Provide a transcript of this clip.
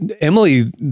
Emily